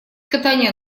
катание